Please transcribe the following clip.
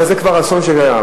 אבל זה כבר אסון שהיה,